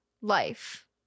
life